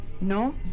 No